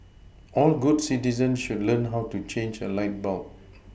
all good citizens should learn how to change a light bulb